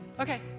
Okay